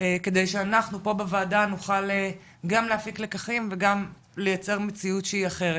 כדי שאנחנו פה בוועדה נוכל גם להפיק לקחים וגם לייצר מציאות שהיא אחרת.